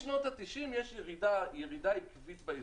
משנות ה-90 יש ירידה עקבית ייצור,